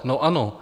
No ano.